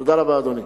תודה רבה, אדוני.